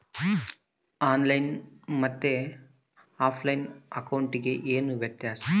On line ಮತ್ತೆ offline ಅಕೌಂಟಿಗೆ ಏನು ವ್ಯತ್ಯಾಸ?